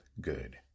Good